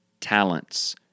talents